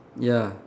ya